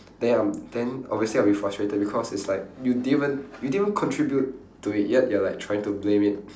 then I'm then obviously I'll be frustrated because it's like you didn't even you didn't even contribute to it yet you're like trying to blame it